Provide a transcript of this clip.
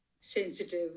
sensitive